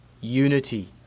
unity